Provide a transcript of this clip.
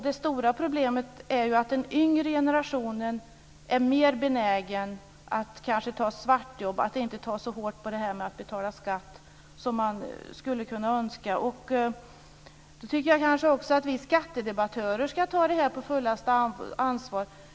Det stora problemet är att den yngre generationen är mer benägen att ta svartjobb och att inte ta så hårt på det här med att betala skatt som man skulle kunna önska. Jag tycker också att vi skattedebattörer ska ta detta på fullaste allvar.